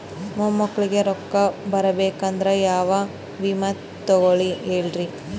ಮೊಮ್ಮಕ್ಕಳಿಗ ರೊಕ್ಕ ಬರಬೇಕಂದ್ರ ಯಾ ವಿಮಾ ತೊಗೊಳಿ ಹೇಳ್ರಿ?